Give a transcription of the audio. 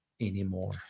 anymore